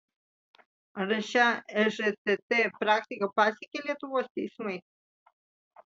ar šia ežtt praktika pasekė lietuvos teismai